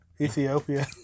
Ethiopia